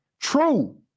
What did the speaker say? true